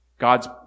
God's